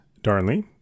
Darnley